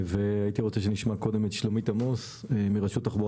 אשמח שנשמע קודם את שלומית עמוס מרשות התחבורה